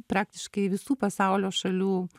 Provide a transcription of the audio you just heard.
praktiškai visų pasaulio šalių